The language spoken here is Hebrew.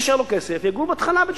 מי שאין לו כסף יגור בהתחלה בדירה,